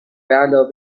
بعلاوه